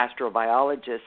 astrobiologists